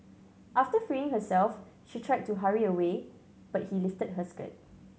after freeing herself she tried to hurry away but he lifted her skirt